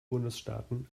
bundesstaaten